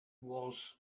was